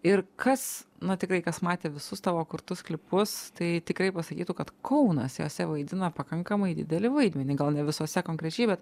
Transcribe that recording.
ir kas na tikrai kas matė visus tavo kurtus klipus tai tikrai pasakytų kad kaunas jose vaidina pakankamai didelį vaidmenį gal ne visose konkrečiai bet